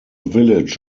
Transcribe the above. village